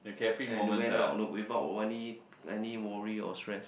and went out without any any worry or stress